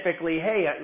hey